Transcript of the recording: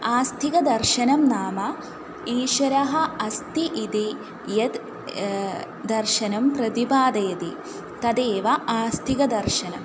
आस्तिकदर्शनं नाम ईशरः अस्ति इति यद् दर्शनं प्रतिपादयति तदेव आस्तिकदर्शनम्